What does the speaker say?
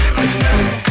tonight